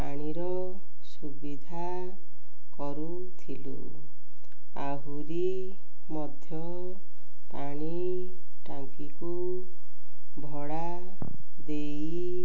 ପାଣିର ସୁବିଧା କରୁଥିଲୁ ଆହୁରି ମଧ୍ୟ ପାଣି ଟାଙ୍କିକୁ ଭଡ଼ା ଦେଇ